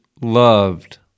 loved –